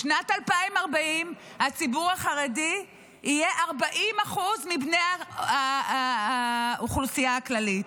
בשנת 2040 הציבור החרדי יהיה 40% מהאוכלוסייה הכללית.